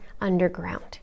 underground